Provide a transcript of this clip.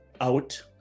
out